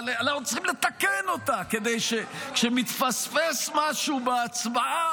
אבל אנחנו צריכים לתקן אותה כדי שכשמתפספס משהו בהצבעה,